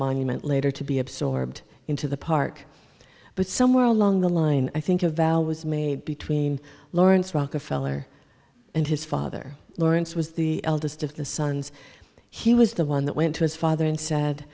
monument later to be absorbed into the park but somewhere along the line i think a valve was made between lawrence rockefeller and his father lawrence was the eldest of the sons he was the one that went to his father and said